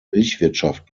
milchwirtschaft